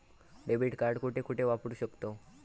Debit card कुठे कुठे वापरू शकतव?